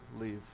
leave